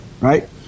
right